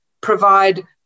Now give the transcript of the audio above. provide